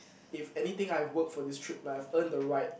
if anything I've worked for this trip like have earned the right